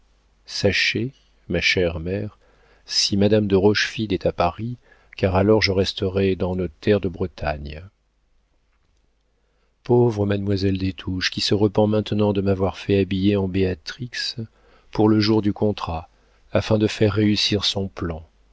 sachez ma chère mère si madame de rochefide est à paris car alors je resterai dans nos terres de bretagne pauvre mademoiselle des touches qui se repent maintenant de m'avoir fait habiller en béatrix pour le jour du contrat afin de faire réussir son plan